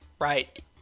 Right